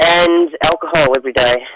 and alcohol every day.